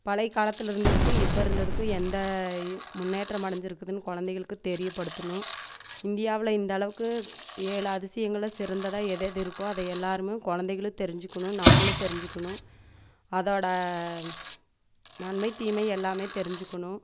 பழையகாலத்தில் இருந்ததுக்கு இப்போ இருந்ததுக்கும் எந்த முன்னேற்றம் அடைஞ்சிருக்குதுன்னு குழந்தைகளுக்கு தெரியப்படுத்தணும் இந்தியாவில் இந்த அளவுக்கு ஏழு அதிசயங்களில் சிறந்ததாக எதெது இருக்கோ அது எல்லாருமே குழந்தைகளும் தெரிஞ்சிக்கணும் நம்மளும் தெரிஞ்சிக்கணும் அதோட நன்மை தீமை எல்லாமே தெரிஞ்சிக்கணும்